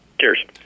Cheers